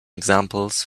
examples